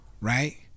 right